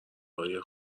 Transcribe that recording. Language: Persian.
های